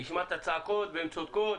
נשמע את הצעקות והן צודקות.